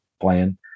playing